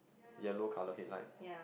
yellow colour headlight